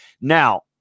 now